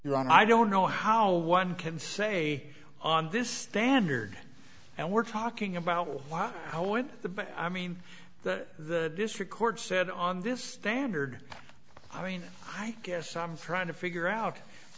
your own i don't know how one can say on this standard and we're talking about why how in the bank i mean that the district court said on this standard i mean i guess i'm trying to figure out